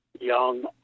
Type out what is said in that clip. young